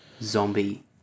zombie